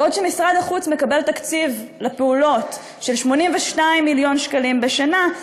בעוד משרד החוץ מקבל תקציב לפעולות של 82 מיליון שקלים בשנה,